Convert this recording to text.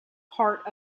part